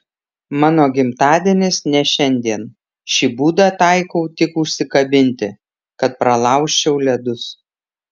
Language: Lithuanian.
mano gimtadienis ne šiandien šį būdą taikau tik užsikabinti kad pralaužčiau ledus